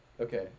Okay